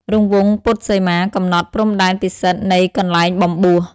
រង្វង់ពុទ្ធសីមា កំណត់ព្រំដែនពិសិដ្ឋនៃកន្លែងបំបួស។